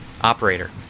Operator